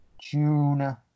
June